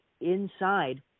Inside